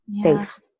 safe